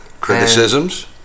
criticisms